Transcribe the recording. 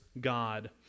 God